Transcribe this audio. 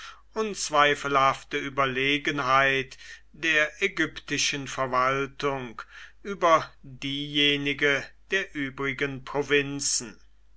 unzweifelhafte überlegenheit der ägyptischen verwaltung über diejenige der übrigen provinzen